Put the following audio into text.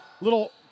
Little